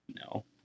No